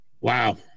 Wow